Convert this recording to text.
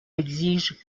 exige